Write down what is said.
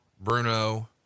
Bruno